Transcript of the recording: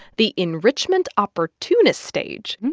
the enrichment opportunist stage.